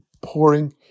pouring